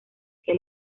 que